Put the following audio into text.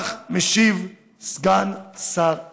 כך משיב סגן שר הביטחון.